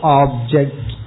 object